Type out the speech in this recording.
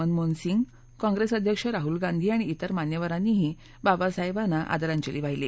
मनमोहन सिंग काँग्रेस अध्यक्ष राह्ल गांधी आणि इतर मान्यवरांनीही बाबासाहेबांना आदरांजली वाहिली